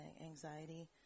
anxiety